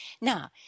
Now